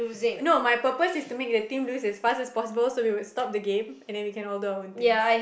no my purpose is to make the team to lose as fast as possible so we would stop the game and then we can all do our own thing